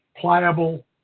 pliable